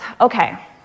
okay